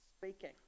speaking